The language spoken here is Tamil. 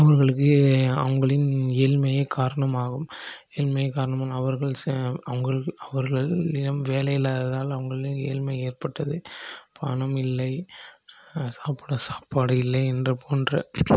அவர்களுக்கு அவர்களின் ஏழ்மையே காரணம் ஆகும் ஏழ்மையே காரணம் அவர்கள் ச அவர்கள் அவர்கள் தினம் வேலை இலலாததால் அவர்களிடம் ஏழ்மை ஏற்பட்டது பணம் இல்லை சாப்பிட சாப்பாடு இல்லை என்ற போன்ற